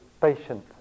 patient